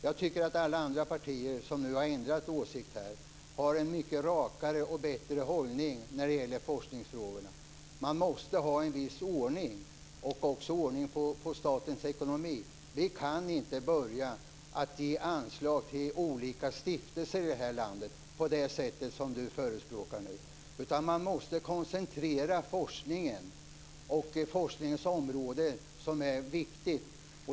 Jag tycker att alla andra partier, som nu har ändrat åsikt, har en mycket rakare och bättre hållning när det gäller forskningsfrågorna. Man måste ha en viss ordning - och också ordning på statens ekonomi. Vi kan inte börja att ge anslag till olika stiftelser i landet på det sätt som Harald Nordlund förespråkar nu. Man måste koncentrera forskningen till de områden som är viktiga.